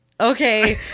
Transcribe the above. okay